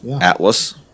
Atlas